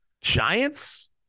Giants